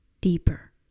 deeper